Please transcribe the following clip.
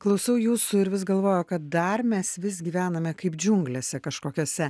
klausau jūsų ir vis galvoju kad dar mes vis gyvename kaip džiunglėse kažkokiose